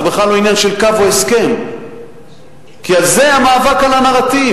זה בכלל לא עניין של קו או הסכם כי זה המאבק על הנרטיב.